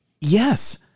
Yes